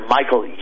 Michael